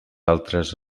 altres